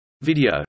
Video